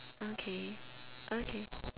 okay okay